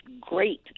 great